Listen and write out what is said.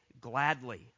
gladly